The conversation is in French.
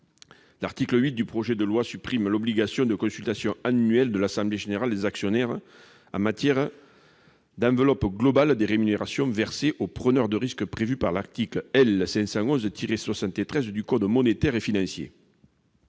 l'article 8, qui lui-même supprime l'obligation de consultation annuelle de l'assemblée générale des actionnaires en matière d'enveloppe globale des rémunérations versées aux preneurs de risques, prévue par l'article L. 511-73 du code monétaire et financier.